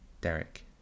Derek